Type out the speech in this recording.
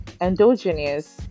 endogenous